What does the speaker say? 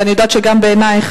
ואני יודעת שגם בעינייך,